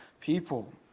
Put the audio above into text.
people